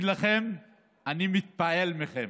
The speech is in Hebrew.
אגיד לכם, אני מתפעל מכם,